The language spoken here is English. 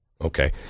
Okay